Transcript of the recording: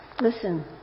listen